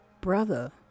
Brother